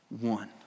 one